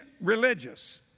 religious